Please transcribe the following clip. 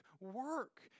work